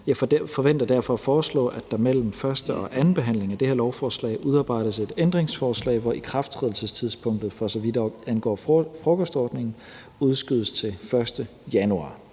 Jeg forventer derfor at foreslå, at der mellem første- og andenbehandlingen af det her lovforslag udarbejdes et ændringsforslag, hvor ikrafttrædelsestidspunktet, for så vidt angår frokostordningen, udskydes til den 1. januar